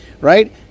right